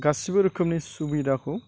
गासिबो रोखोमनि सुबिदाखौ